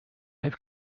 have